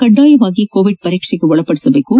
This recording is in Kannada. ಕಡ್ಡಾಯವಾಗಿ ಕೋವಿಡ್ ಪರೀಕ್ಷೆಗೊಳಪಡಿಸಬೇಕು